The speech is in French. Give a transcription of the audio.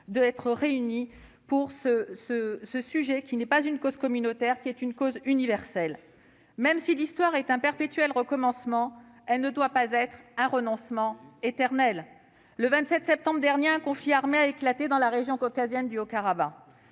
d'être réunis pour cette cause, qui n'est pas communautaire, mais bien universelle. L'histoire est certes un perpétuel recommencement, mais elle ne doit pas être un renoncement éternel. Le 27 septembre dernier, un conflit armé a éclaté dans la région caucasienne du Haut-Karabagh.